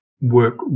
work